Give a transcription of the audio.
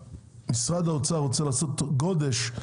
משרד האוצר רוצה לעשות מס גודש,